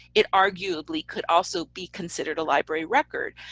it arguably could also be considered a library record.